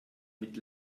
mit